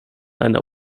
einer